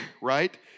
right